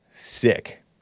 Sick